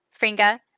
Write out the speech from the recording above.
Fringa